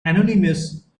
anonymous